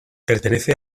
pertenece